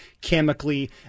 chemically